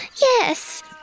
Yes